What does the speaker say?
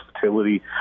versatility